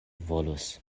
volos